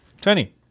Tony